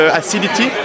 acidity